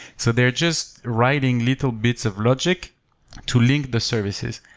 so they're just writing little bits of logic to link the services.